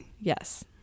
Yes